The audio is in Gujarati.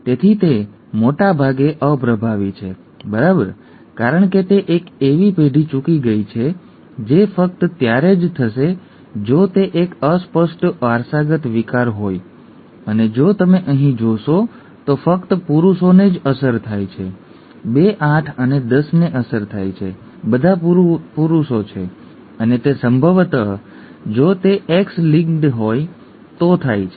તેથી તે મોટે ભાગે અપ્રભાવી છે બરાબર છે કારણ કે તે એક એવી પેઢી ચૂકી ગઈ છે જે ફક્ત ત્યારે જ થશે જો તે એક અસ્પષ્ટ વારસાગત વિકાર હોય અને જો તમે અહીં જોશો તો ફક્ત પુરુષોને જ અસર થાય છે 2 8 અને 10 ને અસર થાય છે બધા પુરુષો છે અને તે સંભવત જો તે X લિંક્ડ હોય તો થાય છે ઠીક છે